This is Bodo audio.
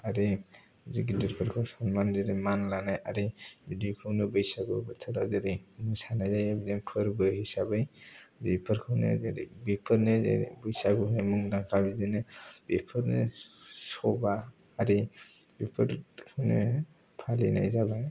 गिदिर गिदिरफोरखौ सनमान लानाय मान आरि बिदिखौनो बैसागु बोथोर जेरै मासानाय जायो फोरबो हिसाबै बिफोरखौनो जेरै बेफोरनो जाहैबाय बैसागु बेफोरनो सबा आरि बेखौनो फालिनाय जाबाय